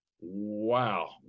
Wow